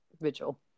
vigil